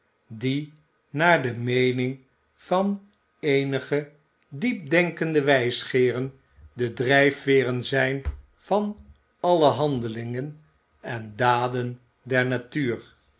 die naar de meening van eenige diepdenker de wijsgeeren de drijfveeren zijn van alle handelingen en daden der natuur